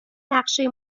نقشه